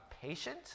patient